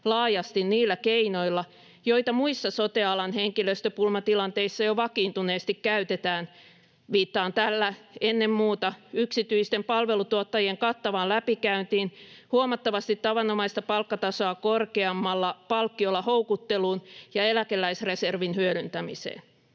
laajasti niillä keinoilla, joita muissa sote-alan henkilöstöpulmatilanteissa jo vakiintuneesti käytetään. Viittaan tällä ennen muuta yksityisten palvelutuottajien kattavaan läpikäyntiin, huomattavasti tavanomaista palkkatasoa korkeammalla palkkiolla houkutteluun ja eläkeläisreservin hyödyntämiseen.